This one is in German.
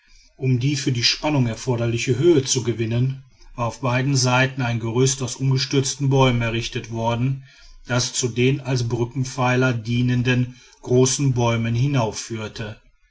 um die für die spannung erforderliche höhe zu gewinnen war auf beiden seiten ein gerüst aus umgestürzten bäumen errichtet worden das zu den als brückenpfeilern dienenden großen bäumen